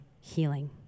healing